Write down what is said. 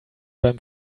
beim